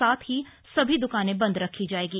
साथ ही सभी दुकानें बंद रखी जाएंगी